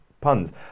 puns